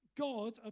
God